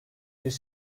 bir